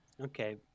Okay